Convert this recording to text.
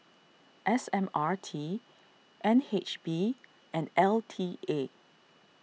S M R T N H B and L T A